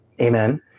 Amen